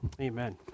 amen